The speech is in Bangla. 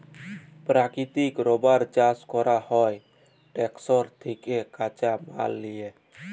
পেরাকিতিক রাবার চাষ ক্যরা হ্যয় ল্যাটেক্স থ্যাকে কাঁচা মাল লিয়ে